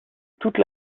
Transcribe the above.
toute